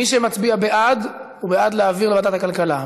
מי שמצביע בעד הוא בעד להעביר לוועדת הכלכלה.